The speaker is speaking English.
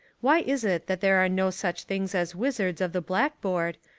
why is it that there are no such things as wizards of the blackboard,